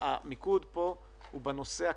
המיקוד פה הוא בנושא הכלכלי,